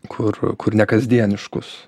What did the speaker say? kur kur nekasdieniškus